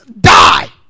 die